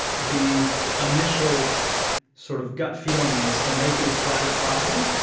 the initial sort of gut feeling is to make it as fl at as possible,